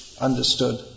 understood